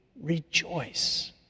rejoice